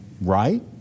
right